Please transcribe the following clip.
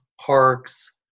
parks